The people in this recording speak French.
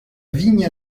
vigne